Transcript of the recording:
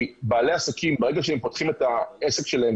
בעלי העסקים, ברגע שהם פותחים את העסק שלהם,